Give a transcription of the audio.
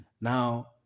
Now